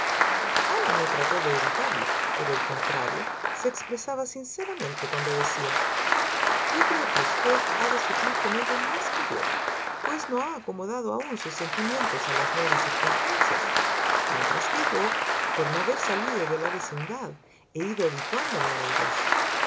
ana no trató de evitarlo por el contrario se expresaba sinceramente cuando decía yo creo que usted ha de sufrir con ello más que yo pues no ha acomodado aún sus sentimientos a las nuevas circunstancias mientras que yo por no haber salido de la vecindad he ido habituándome a ellas